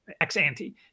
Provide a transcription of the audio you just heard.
ex-ante